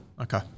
Okay